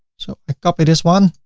so i copy this one